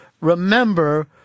remember